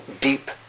deep